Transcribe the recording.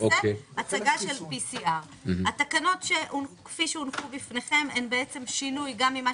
הצגת PCR. התקנות כפי שהונחו בפניכם הן שינוי גם ממה